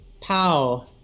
pow